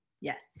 Yes